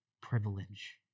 privilege